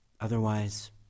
Otherwise